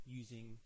using